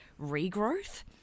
regrowth